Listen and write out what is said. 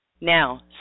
Now